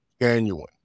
genuine